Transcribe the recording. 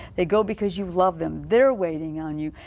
they go because you love them. they're waiting on you.